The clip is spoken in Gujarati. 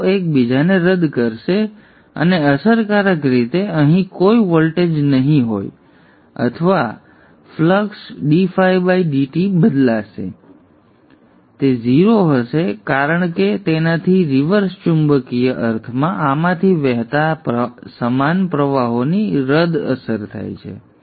તેઓ એકબીજાને રદ કરશે અને અસરકારક રીતે અહીં કોઈ વોલ્ટેજ નહીં હોય અથવા ફ્લક્સ અથવા ફ્લક્સ બદલાશે નહીં તે 0 હશે કારણ કે તેનાથી રિવર્સ ચુંબકીય અર્થમાં આમાંથી વહેતા સમાન પ્રવાહોની રદ અસર થાય છે